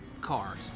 cars